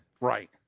right